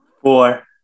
Four